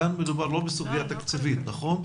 כאן לא מדובר בסוגיה תקציבית, נכון?